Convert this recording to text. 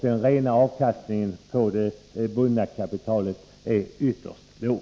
Den rena avkastningen av det bundna kapitalet är ytterst låg.